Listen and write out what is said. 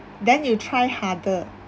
then you try harder